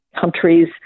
countries